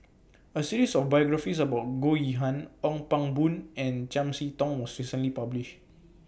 A series of biographies about Goh Yihan Ong Pang Boon and Chiam See Tong was recently published